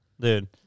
Dude